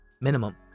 minimum